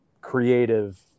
creative